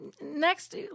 next